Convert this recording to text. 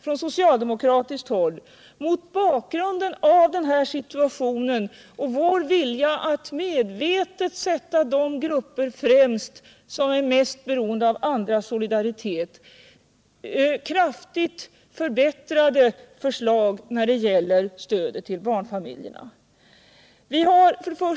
Från socialdemokratiskt håll kräver vi mot bakgrund av den här situationen och vår vilja att medvetet sätta de grupper främst som är mest beroende av andras solidaritet en kraftig förbättring av stödet till barnfamiljerna och låginkomsttagarna.